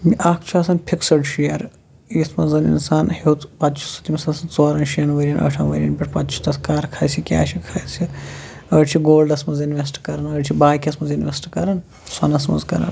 اَکھ چھِ آسان فِکسٕڑ شِیر ییٚتھۍ منٛز اِنسان ہیوٚت پتہٕ چھُ سُہ تٔمِس آسان ژورَن شیٚن ؤری یَن ٲٹھَن ؤری یَن پٮ۪ٹھ پتہٕ چھُ سُہ تَتھ کَر کھسہِ کیٛاہ چھِ کھسہِ أڑۍ چھِ گولڈَس منٛز اِنویسٹہٕ کَران أڑۍ چھِ باقِیَس منٛز اِنویسٹہٕ کَران سۄنَس منٛز کَران